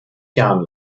jahren